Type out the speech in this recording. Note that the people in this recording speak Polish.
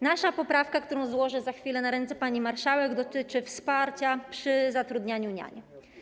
Nasza poprawka, którą złożę za chwilę na ręce pani marszałek, dotyczy wsparcia przy zatrudnianiu niań.